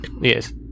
Yes